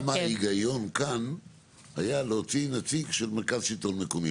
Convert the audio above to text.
למה ההיגיון כאן היה להוציא נציג של מרכז השלטון המקומי?